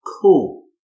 Cool